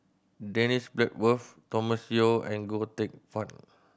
Dennis Bloodworth Thomas Yeo and Goh Teck Phuan